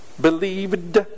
believed